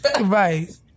Right